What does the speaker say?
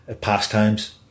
pastimes